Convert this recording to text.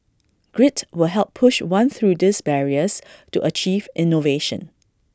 grit will help push one through these barriers to achieve innovation